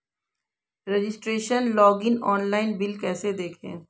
Registration login online bill कैसे देखें?